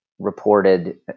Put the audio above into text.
reported